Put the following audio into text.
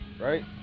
Right